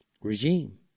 regime